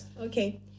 okay